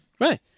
right